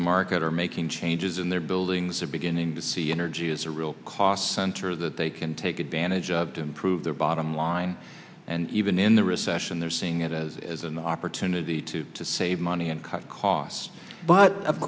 the market are making changes in their buildings or beginning to see energy as a real cost center that they can take advantage of to improve their bottom line and even in the recession they're seeing it as an opportunity to save money and cut costs but of